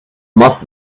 must